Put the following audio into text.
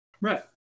Right